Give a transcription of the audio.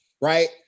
right